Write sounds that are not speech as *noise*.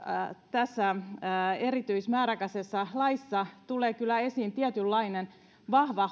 tässä määräaikaisessa laissa tulee kyllä esiin tietynlainen vahva *unintelligible*